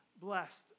blessed